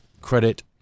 credit